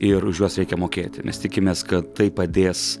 ir už juos reikia mokėti nes tikimės kad tai padės